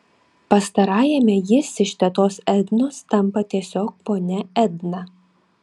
pastarajame jis iš tetos ednos tampa tiesiog ponia edna